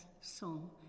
song